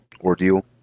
ordeal